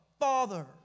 Father